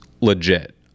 legit